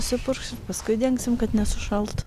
nusipurkš ir paskui dengsim kad nesušaltų